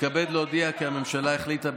מתכבד להודיע כי הממשלה החליטה,